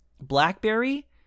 blackberry